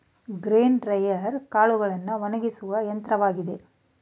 grain dryer ಕಾಳುಗಳನ್ನು ಒಣಗಿಸುವ ಯಂತ್ರವಾಗಿದೆ